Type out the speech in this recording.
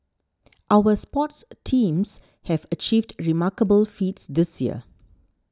our sports teams have achieved remarkable feats this year